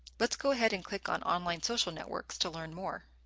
let's go ahead and click on online social networks to learn more.